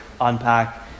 unpack